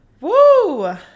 Woo